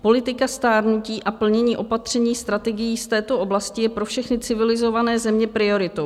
Politika stárnutí a plnění opatření strategií z této oblasti je pro všechny civilizované země prioritou.